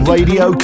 Radio